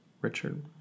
Richard